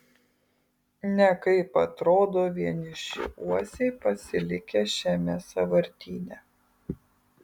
nekaip atrodo vieniši uosiai pasilikę šiame sąvartyne